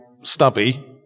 stubby